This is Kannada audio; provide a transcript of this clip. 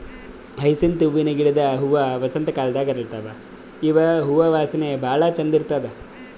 ಹಯಸಿಂತ್ ಹೂವಿನ ಗಿಡದ್ ಹೂವಾ ವಸಂತ್ ಕಾಲದಾಗ್ ಅರಳತಾವ್ ಇವ್ ಹೂವಾ ವಾಸನಿ ಭಾಳ್ ಛಂದ್ ಇರ್ತದ್